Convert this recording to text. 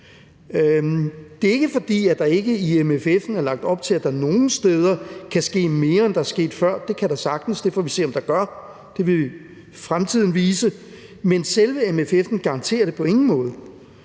Det er ikke, fordi der ikke i MFF'en er lagt op til, at der nogle steder kan ske mere, end der skete før; det kan der sagtens, det får vi se, om der gør, det vil fremtiden vise. Men selve MFF'en garanterer det på ingen måde.